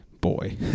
boy